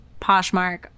Poshmark